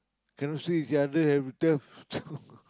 cannot see each other everytime